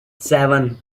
seven